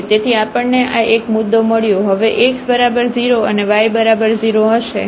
તેથી આપણને આ 1 મુદ્દો મળ્યો હવે x બરાબર 0 અને y બરાબર 0 હશે